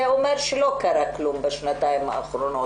זה אומר שלא קרה כלום בשנתיים האחרונות.